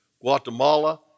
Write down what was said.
Guatemala